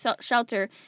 shelter